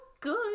good